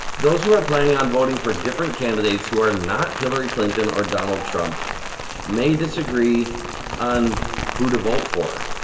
those who are planning on voting for different candidates who are not hillary clinton or donald trump may disagree on who to vote for,